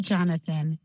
Jonathan